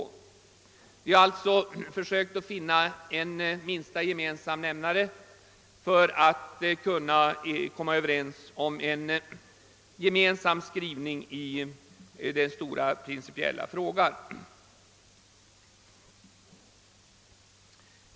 Vi har alltså försökt att finna en minsta gemensam nämnare för att kunna komma överens om en gemensam skrivning i den principiella frågan.